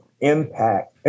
impact